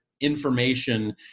information